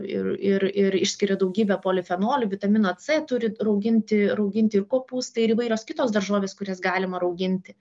ir ir ir išskiria daugybę polifenolių vitamino c turi rauginti rauginti ir kopūstai ir įvairios kitos daržovės kurias galima rauginti